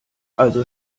also